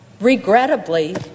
regrettably